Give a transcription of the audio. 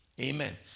Amen